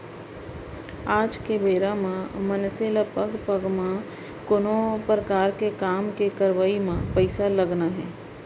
आज के बेरा म मनसे ल पग पग म कोनो परकार के काम के करवई म पइसा लगना हे